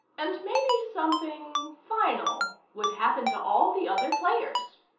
and maybe something final would happen to all the other players.